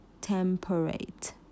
temperate